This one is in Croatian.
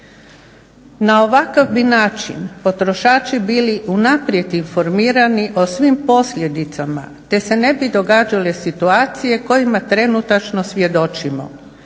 Na ovakav bi način potrošači bili unaprijed informirani o svim posljedicama te se ne bi događale situacije kojima trenutačno svjedočimo.